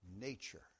nature